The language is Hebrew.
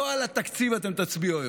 לא על התקציב אתם תצביעו היום.